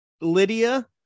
lydia